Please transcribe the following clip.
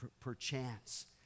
perchance